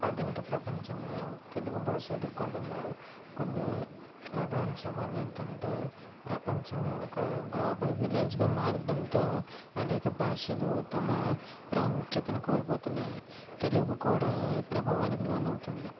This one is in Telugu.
ఆధునిక ప్రపంచంలో తెలుగు భాష ఎదుర్కొంటున్న కొన్ని ప్రధాన సవాలు ఏంటంటే ప్రపంచం ఒక గ్లోబల్ విలేజ్గా మారడంతో అనేక భాషలు తమ ప్రాముఖ్యతను కోల్పోతున్నాయి తెలుగు కూడా ఈ ప్రభావానికి లోనవుతుంది